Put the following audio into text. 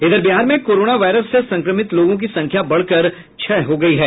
इधर बिहार में corona virus से संक्रमित लोगों की संख्या बढकर छह हो गयी है